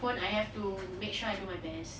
pun I have to make sure I do my best